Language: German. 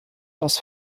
aus